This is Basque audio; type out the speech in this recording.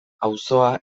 auzoa